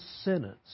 sentence